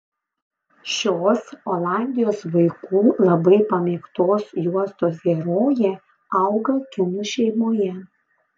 šios olandijos vaikų labai pamėgtos juostos herojė auga kinų šeimoje